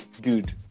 Dude